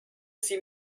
sie